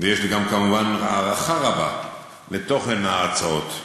ויש לי גם, כמובן, הערכה רבה לתוכן ההצעות.